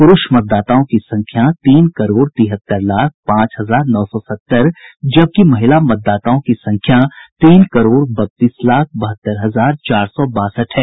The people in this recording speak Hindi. पुरूष मतदाताओं की संख्या तीन करोड़ तिहत्तर लाख पांच हजार नौ सौ सत्तर जबकि महिला मतदाताओं की संख्या तीन करोड़ बत्तीस लाख बहत्तर हजार चार सौ बासठ है